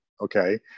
okay